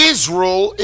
Israel